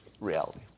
reality